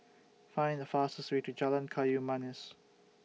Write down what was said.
Find The fastest Way to Jalan Kayu Manis